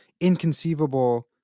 inconceivable